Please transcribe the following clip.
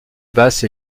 basse